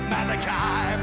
Malachi